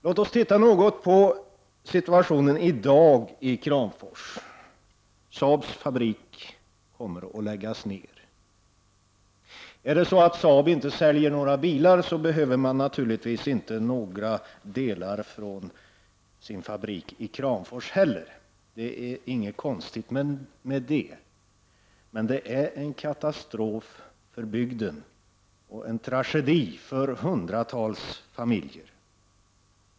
Låt oss titta något på situationen i dag i Kramfors. SAABs fabrik kommer att läggas ner. Är det så att SAAB inte säljer några bilar, behöver man naturligtvis inte några delar från sin fabrik i Kramfors heller. Det är inget konstigt med det, men det är en katastrof för bygden och en tragedi för 100-tals familjer.